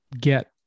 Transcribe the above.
get